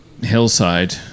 hillside